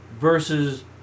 Versus